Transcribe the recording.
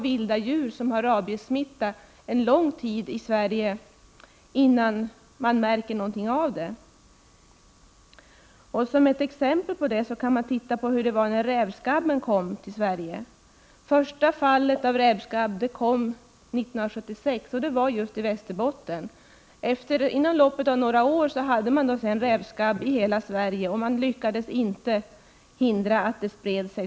Vilda djur som är rabiessmittade kan finnas lång tid i Sverige, innan man märker någonting av det. Man kan t.ex. se på hur det var när rävskabben kom till Sverige. Det första fallet av rävskabb kom 1976, och det var just i Västerbotten. Inom loppet av några år fanns rävskabb i hela Sverige. Man lyckades inte hindra en spridning.